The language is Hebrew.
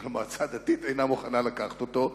אך המועצה הדתית אינה מוכנה לקחת אותו,